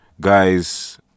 guys